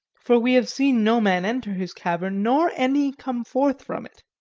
for we have seen no man enter his cavern nor any come forth from it.